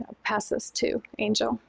passes to angel.